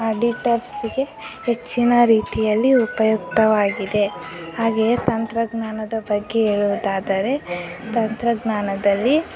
ಆಡಿಟರ್ಸಿಗೆ ಹೆಚ್ಚಿನ ರೀತಿಯಲ್ಲಿ ಉಪಯುಕ್ತವಾಗಿದೆ ಹಾಗೆಯೇ ತಂತ್ರಜ್ಞಾನದ ಬಗ್ಗೆ ಹೇಳುವುದಾದರೆ ತಂತ್ರಜ್ಞಾನದಲ್ಲಿ